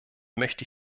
möchte